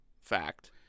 fact